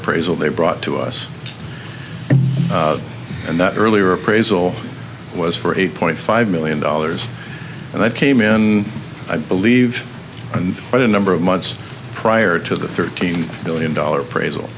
appraisal they brought to us and that earlier appraisal was for eight point five million dollars and i came in i believe and what a number of months prior to the thirteen million dollar prais